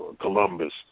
Columbus